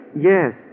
Yes